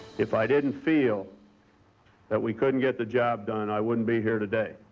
if i didn't feel that we couldn't get the job done, i wouldn't be here today.